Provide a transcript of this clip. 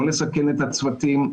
לא לסכן את הצוותים,